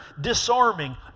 disarming